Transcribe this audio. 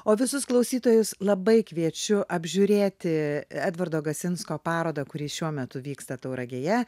o visus klausytojus labai kviečiu apžiūrėti edvardo gasinsko parodą kuri šiuo metu vyksta tauragėje